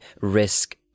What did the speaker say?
risk